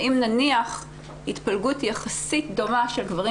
ואם נניח התפלגות יחסית טובה של גברים